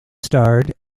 starred